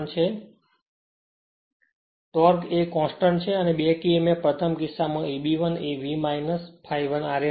તેથી ટોર્ક એ એક કોંસ્ટંટ અને બેક emf પ્રથમ કિસ્સામાં Eb 1 એ V ∅1ra હશે